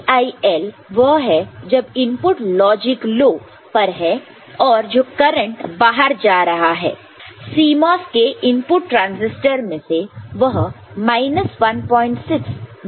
IIL वह है जब इनपुट लॉजिक लो पर है और जो करंट बाहर आ रहा है CMOS के इनपुट ट्रांजिस्टर में से वह 16 मिली एंपियर है